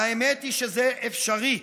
האמת היא שזה אפשרי,